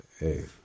Hey